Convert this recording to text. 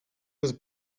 was